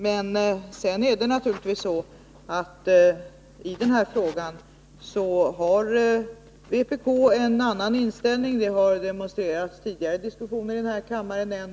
Men sedan är det naturligtvis så, att vpk i denna fråga har en annan inställning än vi socialdemokrater — det har demonstrerats i tidigare diskussioner här i kammaren.